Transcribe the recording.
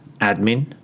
admin